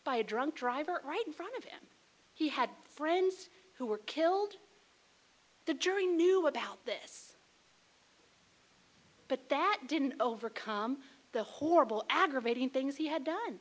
by a drunk driver right in front of him he had friends who were killed the jury knew about this but that didn't overcome the horrible aggravating things he had done